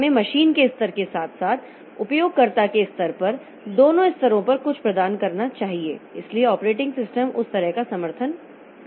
हमें मशीन के स्तर के साथ साथ उपयोगकर्ता के स्तर पर दोनों स्तरों पर कुछ प्रदान करना चाहिए इसलिए ऑपरेटिंग सिस्टम उस तरह का समर्थन कर सकता है